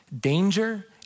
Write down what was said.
danger